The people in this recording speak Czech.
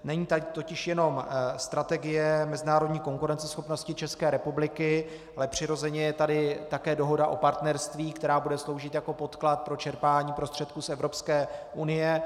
Není tady totiž jenom Strategie mezinárodní konkurenceschopnosti České republiky, ale přirozeně je tady také Dohoda o partnerství, která bude sloužit jako podklad pro čerpání prostředků z Evropské unie.